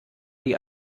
die